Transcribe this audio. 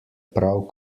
prav